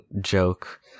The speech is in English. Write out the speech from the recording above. joke